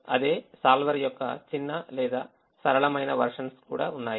అదే solver యొక్క చిన్న లేదా సరళమైన versions కూడా ఉన్నాయి